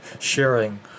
sharing